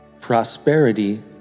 Prosperity